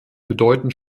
bedeutend